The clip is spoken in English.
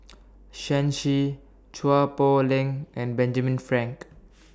Shen Xi Chua Poh Leng and Benjamin Frank